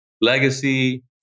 Legacy